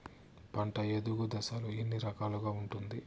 పంట ఎదుగు దశలు ఎన్ని రకాలుగా ఉంటుంది?